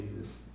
Jesus